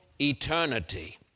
eternity